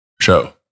show